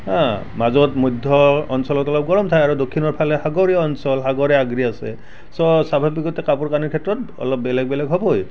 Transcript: মাজত মধ্য অঞ্চলত অলপ গৰম ঠাই আৰু দক্ষিণৰ ফালে সাগৰীয় অঞ্চল সাগৰে আগুৰি আছে ছ' স্বাভাৱিকতে কাপোৰ কানিৰ ক্ষেত্ৰত অলপ বেলেগ বেলেগ হ'বই